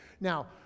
Now